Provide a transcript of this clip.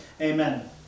Amen